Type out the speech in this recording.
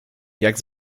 jak